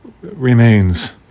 remains